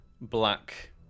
black